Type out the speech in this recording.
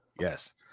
Yes